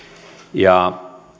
ja